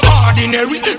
ordinary